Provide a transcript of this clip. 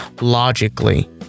logically